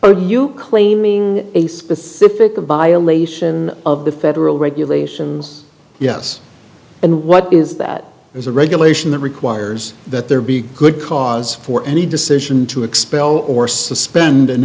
are you claiming a specific violation of the federal regulations yes and what is that is a regulation that requires that there be good cause for any decision to expel or suspend